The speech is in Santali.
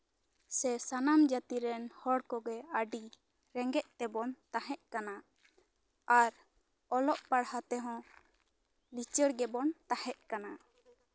ᱥᱮ ᱥᱟᱱᱟᱢ ᱡᱟᱹᱛᱤᱨᱮᱱ ᱦᱚᱲ ᱠᱚᱜᱮ ᱟᱹᱰᱤ ᱨᱮᱸᱜᱮᱡ ᱛᱮᱵᱚᱱ ᱛᱟᱦᱮᱸᱜ ᱠᱟᱱᱟ ᱟᱨ ᱚᱞᱚᱜ ᱯᱟᱲᱦᱟᱜ ᱛᱮᱦᱚᱸ ᱞᱤᱪᱟᱹᱲ ᱜᱮᱵᱚᱱ ᱛᱟᱦᱮᱸᱜ ᱠᱟᱱᱟ